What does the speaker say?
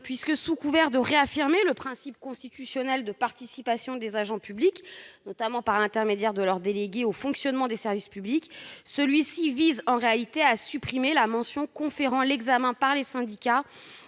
effet, sous couvert de réaffirmer le principe constitutionnel de participation des agents publics, notamment par l'intermédiaire de leurs délégués, au fonctionnement des services publics, l'article 1 vise en réalité à supprimer la mention conférant aux syndicats